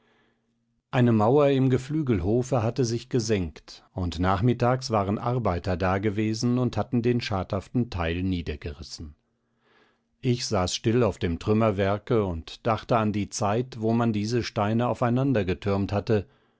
eine mauer im geflügelhofe hatte sich gesenkt und nachmittags waren arbeiter dagewesen und hatten den schadhaften teil niedergerissen ich saß still auf dem trümmerwerke und dachte an die zeit wo man diese steine aufeinander getürmt hatte